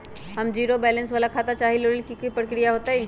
हम zero balance वाला खाता चाहइले वो लेल की की प्रक्रिया होतई?